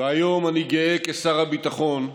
והיום אני גא, כשר הביטחון,